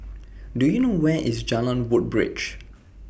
Do YOU know Where IS Jalan Woodbridge